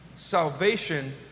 Salvation